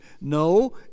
No